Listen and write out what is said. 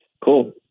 Cool